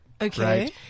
Okay